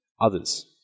others